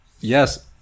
Yes